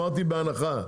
אמרתי "בהנחה".